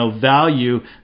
value